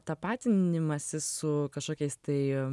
tapatinimąsi su kažkokiais tai